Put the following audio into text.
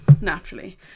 Naturally